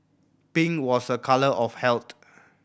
pink was a colour of health